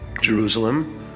Jerusalem